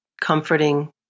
comforting